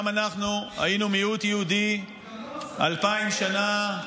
גם אנחנו היינו מיעוט יהודי אלפיים שנה,